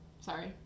Sorry